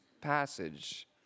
passage